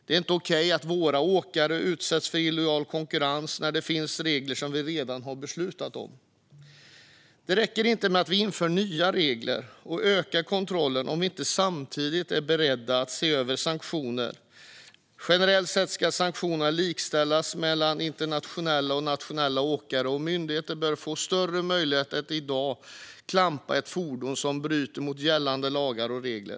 Det är inte okej att våra åkare utsätts för illojal konkurrens när det finns regler som vi redan har beslutat om. Det räcker inte med att vi inför nya regler och ökar kontrollen om vi inte samtidigt är beredda att se över sanktionerna. Generellt sett ska sanktioner likställas mellan internationella och nationella åkare, och myndigheterna bör få större möjlighet än i dag att klampa fordon som bryter mot gällande lagar och regler.